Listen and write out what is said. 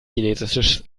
chinesisches